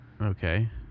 Okay